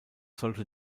sollte